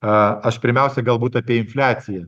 a aš pirmiausia galbūt apie infliaciją